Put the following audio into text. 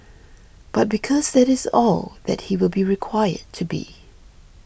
but because that it's all that he will be required to be